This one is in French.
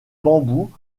bambous